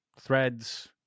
Threads